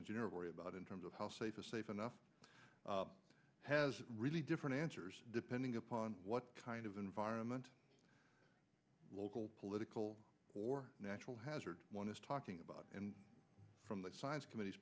engineer worry about in terms of how safe is safe enough has really different answers depending upon what kind of environment local political or natural hazard one is talking about from the science committee